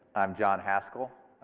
i'm john haskell,